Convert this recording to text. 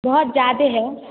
बहुत ज़्यादा है